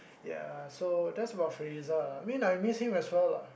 ya so that's about Freiza lah I mean I miss him as well lah